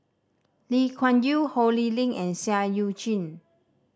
Lee Kuan Yew Ho Lee Ling and Seah Eu Chin